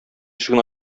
ишеген